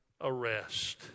arrest